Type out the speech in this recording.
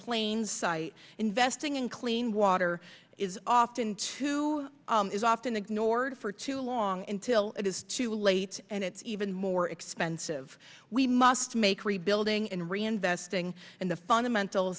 plain sight investing in clean water is often too is often ignored for too long in till it is too late and it's even more expensive we must make rebuilding and reinvesting in the fundamental